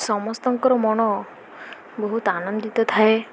ସମସ୍ତଙ୍କର ମନ ବହୁତ ଆନନ୍ଦିତ ଥାଏ